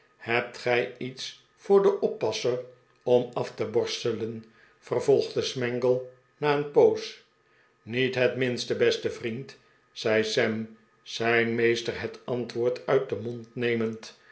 hebt gij iets voor den oppasser om af te borstelen vervolgde smangle na een poos niet het minste beste vriend zei sam zijn meester het antwoord uit den mond nemend